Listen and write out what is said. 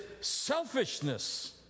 selfishness